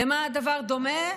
למה הדבר דומה?